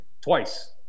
twice